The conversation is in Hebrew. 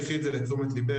קחי את זה לתשומת ליבך.